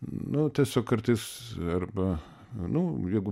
nu tiesiog kartais arba nu jeigu